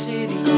City